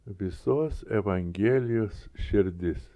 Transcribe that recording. visos evangelijos širdis